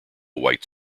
white